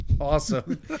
awesome